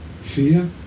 fear